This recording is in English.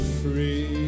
free